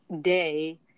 day